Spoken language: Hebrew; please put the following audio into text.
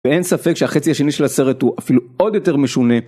ואין ספק שהחצי השני של הסרט הוא אפילו עוד יותר משונה.